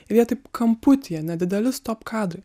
jie taip kamputyje nedidelis stop kadrai